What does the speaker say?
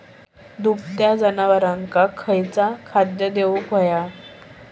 दुभत्या जनावरांका खयचा खाद्य देऊक व्हया?